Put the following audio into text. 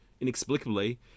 inexplicably